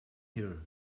here